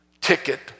ticket